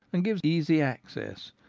and gives easy access,